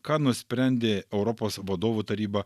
ką nusprendė europos vadovų taryba